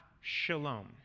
shalom